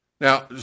Now